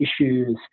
issues